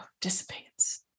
dissipates